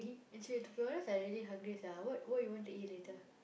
actually to be honest I really hungry sia what what you want to eat later